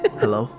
hello